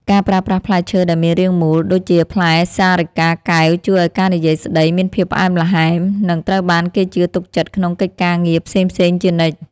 ការប្រើប្រាស់ផ្លែឈើដែលមានរាងមូលដូចជាផ្លែសិរិកាកែវជួយឱ្យការនិយាយស្ដីមានភាពផ្អែមល្ហែម និង ត្រូវបានគេជឿទុកចិត្តក្នុងកិច្ចការងារផ្សេងៗជានិច្ច។